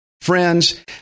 friends